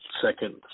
second